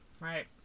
right